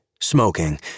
Smoking